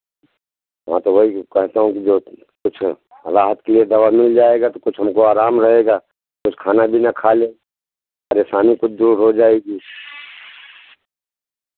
हाँ तो वही कहता हूँ कि जो कुछ राहत के लिए दवा मिल जाएगा तो कुछ हमको आराम रहेगा कुछ खाना पीना खा लेंगे परेशानी कुछ दूर हो जाएगी